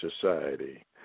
society